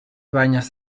banyes